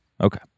Okay